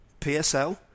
PSL